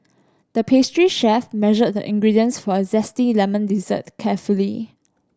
the pastry chef measured the ingredients for a zesty lemon dessert carefully